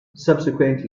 subsequently